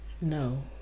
No